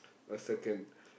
a second